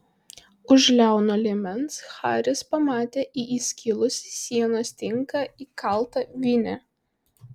už liauno liemens haris pamatė į įskilusį sienos tinką įkaltą vinį